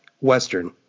Western